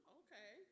okay